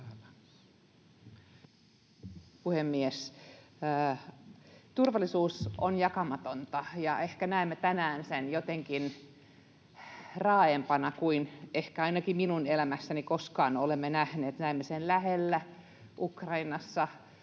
puhemies! Turvallisuus on jakamatonta, ja ehkä näemme tänään sen jotenkin raaempana kuin ehkä ainakin minun elämässäni koskaan olemme nähneet. Näemme sen lähellä Ukrainassa,